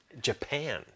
japan